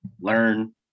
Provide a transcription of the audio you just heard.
learn